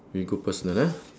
we go personal ah